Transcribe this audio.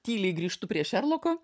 tyliai grįžtu prie šerloko